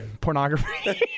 pornography